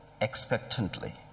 expectantly